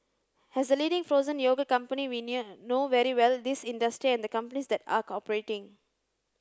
as the leading frozen yogurt company we knew know very well this industry and the companies that are operating